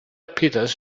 peters